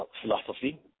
philosophy